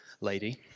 lady